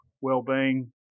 Wellbeing